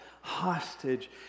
hostage